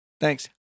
Thanks